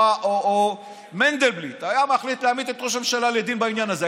או מנדלבליט היה מחליט להעמיד את ראש הממשלה לדין בעניין הזה,